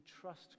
trust